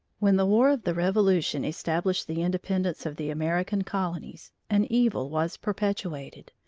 when the war of the revolution established the independence of the american colonies, an evil was perpetuated,